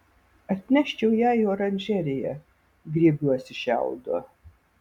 atneščiau ją į oranžeriją griebiuosi šiaudo